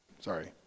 Sorry